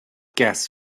gas